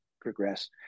progress